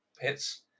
hits